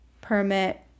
permit